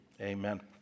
amen